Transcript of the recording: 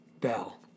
Bell